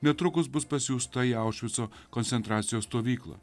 netrukus bus pasiųsta į aušvico koncentracijos stovyklą